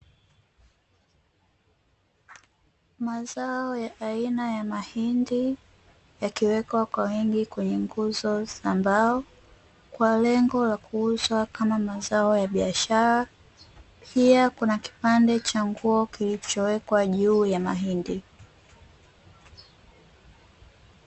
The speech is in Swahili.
Mazao ya aina ya mahindi, yakiwekwa kwa wingi kwenye nguzo za mbao, kwa lengo la kuuzwa kama zao la biashara. Pia, kuna kipande cha nguo kilichowekwa juu ya mahindi.